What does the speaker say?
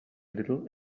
little